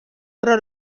però